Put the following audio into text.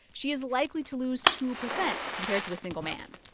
she is likely to lose two percent compared to a single man.